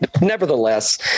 Nevertheless